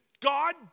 God